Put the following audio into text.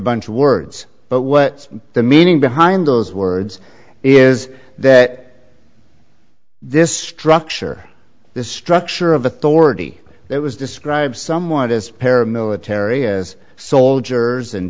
a bunch of words but what the meaning behind those words is that this structure this structure of authority that was describe someone as paramilitary as soldiers